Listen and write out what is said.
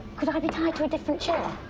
could i be tied to a different chair?